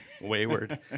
Wayward